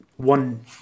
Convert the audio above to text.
one